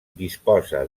disposa